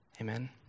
Amen